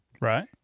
Right